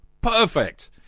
Perfect